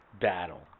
battle